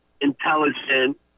intelligent